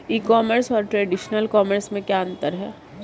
ई commerce और traditional commerce में क्या अंतर है?